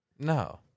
No